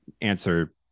answer